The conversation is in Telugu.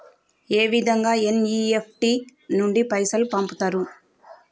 ఏ విధంగా ఎన్.ఇ.ఎఫ్.టి నుండి పైసలు పంపుతరు?